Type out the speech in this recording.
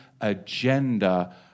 agenda